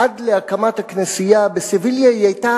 עד להקמת הכנסייה בסביליה היא היתה